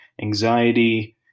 anxiety